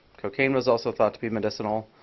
cocaine was also thought to be medicinal.